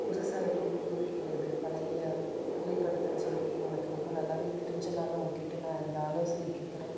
புதுசாக எப்படி புதுப்பிக்கிறது பழைய புகைப்படத்தைன்னு சொல்லி உனக்கு ரொம்ப நல்லாவே தெரிஞ்சதுனால உன்கிட்டே நான் இந்த ஆலோசனை கேக்கிறேன்